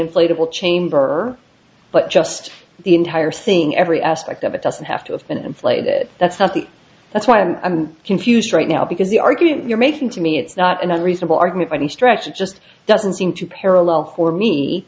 inflatable chamber but just the entire thing every aspect of it doesn't have to have been inflated that's nothing that's why i'm confused right now because the argument you're making to me it's not an unreasonable argument by any stretch it just doesn't seem to parallel for me